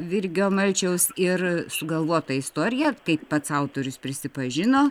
virgio malčiaus ir sugalvota istorija kaip pats autorius prisipažino